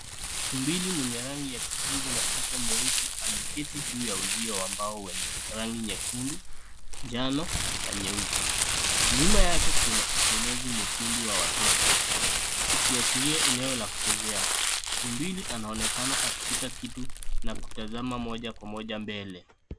Tumbili mwenye rangi ya kijivu na uso mweusi ameketi juu ya uzio wa mbao wenye rangi nyekundu, njano na nyeupe. Nyuma yake kuna utelezi mwekundu wa watoto ukiashiria eneo la kuchezea. Tumbili anaonekana akishika kitu na kutazama moja kwa moja mbele.